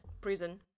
Prison